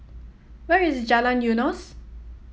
where is Jalan Eunos